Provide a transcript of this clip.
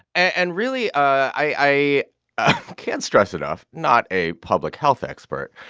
and really, i can't stress enough not a public health expert.